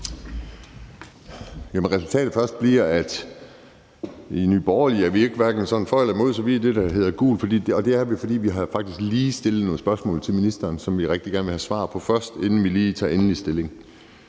Resultatet først: I Nye Borgerlige er vi ikke for eller imod, så vi er det, der hedder gul. Det er vi, fordi vi faktisk lige har stillet nogle spørgsmål til ministeren, som vi rigtig gerne vil have svar på først, inden vi lige tager endelig stilling.